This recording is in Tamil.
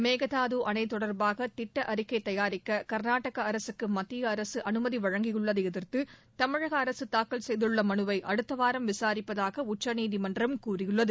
மேகதாது அணை தொடர்பாக திட்ட அறிக்கை தயாரிக்க கர்நாடக அரசுக்கு மத்திய அரசு அனுமதி அளித்துள்ளதை எதிர்த்து தமிழக அரசு தாக்கல் செய்துள்ள மனுவை அடுத்த வாரம் விசாரிப்பதாக உச்சநீதிமன்றம் கூறியுள்ளது